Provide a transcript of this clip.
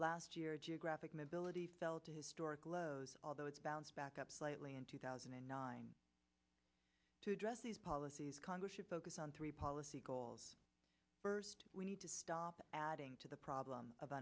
t year geographic mobility fell to historic lows although it's bounced back up slightly in two thousand and nine to address these policies congress should focus on three policy goals first we need to stop adding to the problem of